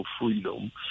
freedom